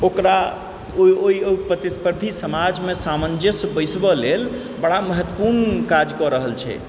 ओकरा ओहि प्रतिस्पर्धी समाजमे सामञ्जस बैसाबऽ लेल बड़ा महत्वपूर्ण काज कऽ रहल छै